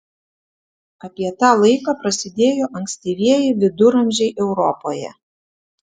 apie tą laiką prasidėjo ankstyvieji viduramžiai europoje